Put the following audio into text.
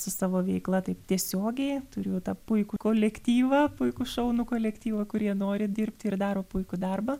su savo veikla taip tiesiogiai turiu tą puikų kolektyvą puikų šaunų kolektyvą kurie nori dirbti ir daro puikų darbą